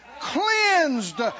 cleansed